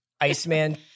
Iceman